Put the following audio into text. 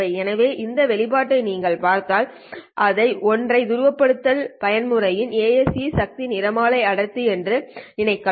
எனவே இந்த வெளிப்பாட்டை நீங்கள் பார்த்தால் இதை ஒற்றை துருவப்படுத்தல் பயன்முறையின் ASE சக்தி நிறமாலை அடர்த்தி என்று நினைக்கலாம்